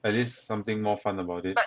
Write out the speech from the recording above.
at least something more fun about it